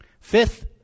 Fifth